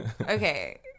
Okay